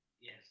Yes